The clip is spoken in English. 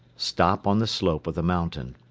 stop on the slope of the mountain.